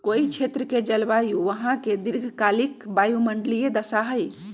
कोई क्षेत्र के जलवायु वहां के दीर्घकालिक वायुमंडलीय दशा हई